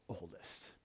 oldest